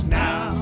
now